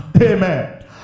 amen